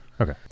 Okay